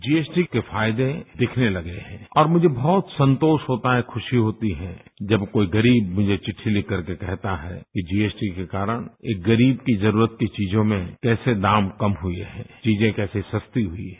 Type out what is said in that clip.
GST के फायदे दिखने लगे हैं और मुझे बहुत संतोष होता है खुशी होती जब कोई गरीब मुझे विद्वी लिखकर के कहता है कि जीएसटी के कारण एक गरीब की जरूरत की चीजों में पैसे दाम कम हुए है चीजें कैसे सस्ती हुई है